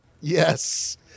Yes